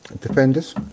defenders